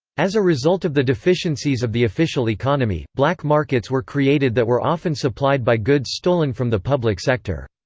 as a result of the deficiencies of the official economy, black markets were created that were often supplied by goods stolen from the public sector.